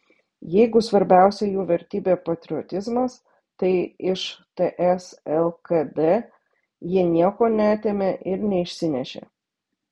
jeigu svarbiausia jų vertybė patriotizmas tai iš ts lkd jie nieko neatėmė ir neišsinešė